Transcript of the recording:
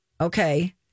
okay